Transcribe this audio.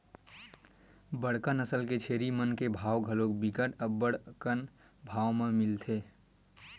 बड़का नसल के छेरी मन के भाव घलोक बिकट अब्बड़ अकन भाव म मिलथे